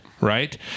Right